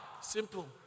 Simple